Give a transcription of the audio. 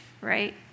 right